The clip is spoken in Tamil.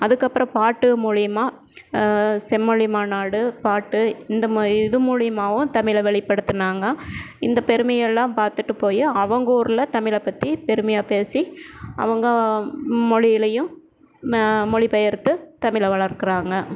அதுக்கப்புறம் பாட்டு மூலிமா செம்மொழி மாநாடு பாட்டு இந்தமாதிரி இது மூலிமாவும் தமிழை வெளிப்படுத்தினாங்க இந்த பெருமையெல்லாம் பார்த்துட்டு போய் அவங்க ஊரில் தமிழை பற்றி பெருமையாக பேசி அவங்க மொழியிலையும் மொழிபெயர்த்து தமிழை வளர்க்கிறாங்க